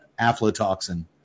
aflatoxin